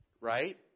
right